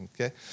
okay